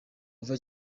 uva